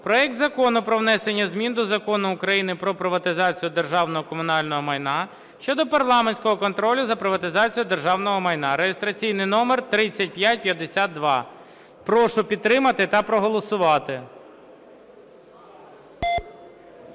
проект Закону про внесення змін до Закону України "Про приватизацію державного і комунального майна" (щодо парламентського контролю за приватизацією державного майна) (реєстраційний номер 3552). Прошу підтримати та проголосувати.